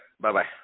Bye-bye